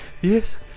Yes